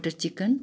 butter chicken